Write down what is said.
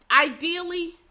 ideally